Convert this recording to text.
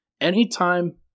anytime